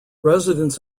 residents